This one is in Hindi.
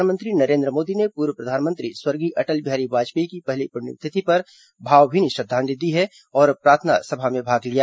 प्रधानमंत्री नरेन्द्र मोदी ने पूर्व प्रधानमंत्री स्वर्गीय अटल बिहारी वाजपेयी की पहली पृण्यतिथि पर भावभीनी श्रद्दांजलि दी है और प्रार्थना सभा में भाग लिया